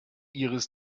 iris